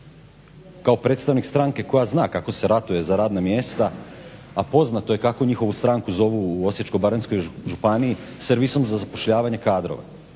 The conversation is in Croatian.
kao predstavnik stranke koja zna kako se ratuje za radna mjesta, a poznato je kako njihovu stranku zovu u Osječko-baranjskoj županiji servisom za zapošljavanje kadrova.